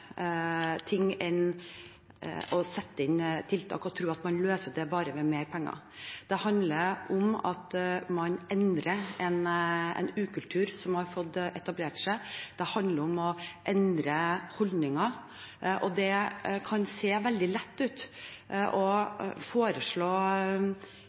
ting enn å sette inn tiltak og tro at man løser det bare med mer penger. Det handler om at man endrer en ukultur som har fått etablere seg. Det handler om å endre holdninger. Det kan se veldig lett ut å